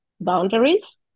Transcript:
boundaries